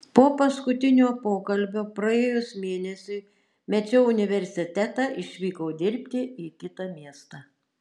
po paskutinio pokalbio praėjus mėnesiui mečiau universitetą išvykau dirbti į kitą miestą